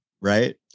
right